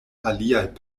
aliaj